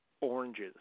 oranges